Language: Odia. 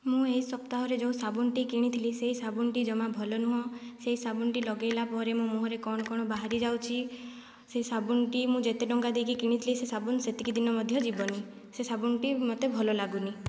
ମୁଁ ଏହି ସପ୍ତାହରେ ଯେଉଁ ସାବୁନଟି କିଣିଥିଲି ସେହି ସାବୁନଟି ଜମା ଭଲ ନୁହେଁ ସେହି ସାବୁନଟି ଲଗାଇଲା ପରେ ମୋ ମୁହଁରେ କ'ଣ କ'ଣ ବାହାରିଯାଉଛି ସେହି ସାବୁନଟି ମୁଁ ଯେତେ ଟଙ୍କା ଦେଇକି କିଣିଥିଲି ସେ ସାବୁନ ସେତିକି ଦିନ ମଧ୍ୟ ଯିବନି ସେ ସାବୁନଟି ମୋତେ ଭଲ ଲାଗୁନି